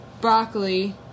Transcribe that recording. broccoli